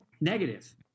negative